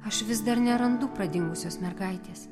aš vis dar nerandu pradingusios mergaitės